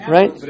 Right